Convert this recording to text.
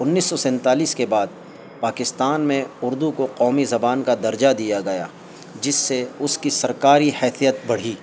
انیس سو سینتالیس کے بعد پاکستان میں اردو کو قومی زبان کا درجہ دیا گیا جس سے اس کی سرکاری حیثیت بڑھی